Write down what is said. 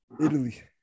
italy